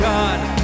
God